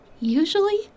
Usually